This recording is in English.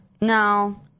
No